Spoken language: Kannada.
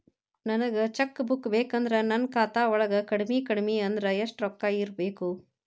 ನನಗ ಚೆಕ್ ಬುಕ್ ಬೇಕಂದ್ರ ನನ್ನ ಖಾತಾ ವಳಗ ಕಡಮಿ ಕಡಮಿ ಅಂದ್ರ ಯೆಷ್ಟ್ ರೊಕ್ಕ ಇರ್ಬೆಕು?